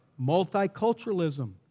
multiculturalism